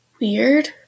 weird